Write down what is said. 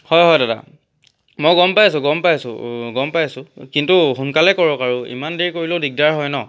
হয় হয় দাদা মই গম পাইছোঁ গম পাইছোঁ গম পাইছোঁ কিন্তু সোনকালে কৰক আৰু ইমান দেৰি কৰিলেও দিগদাৰ হয় ন